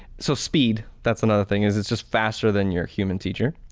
so speed, that's another thing, is it's just faster than your human teacher.